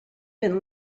been